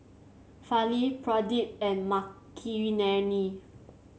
Fali Pradip and Makineni